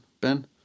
Ben